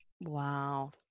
Wow